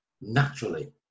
naturally